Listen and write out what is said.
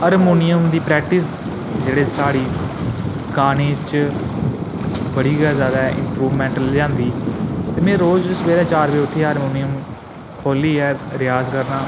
harmonium दी practice जेह्ड़ी साढ़ी गाने च बड़ी गै जैदा इम्प्रूवमैंट लेहांदी ते में रोज सवेरे चार बजे उट्ठियै हारमोनियम खोह्लियै रियाज करना